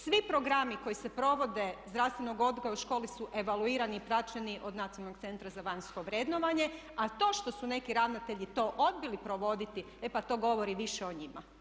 Svi programi koji se provode, zdravstvenog odgoja u školi su evaluirani i praćeni od Nacionalnog centra za vanjsko vrednovanje a to što su neki ravnatelji to odbili provoditi e pa to govori više o njima.